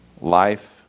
Life